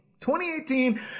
2018